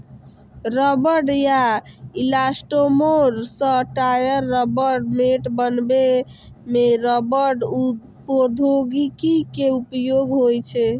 रबड़ या इलास्टोमोर सं टायर, रबड़ मैट बनबै मे रबड़ प्रौद्योगिकी के उपयोग होइ छै